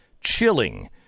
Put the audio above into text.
chilling